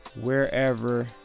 wherever